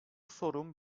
sorun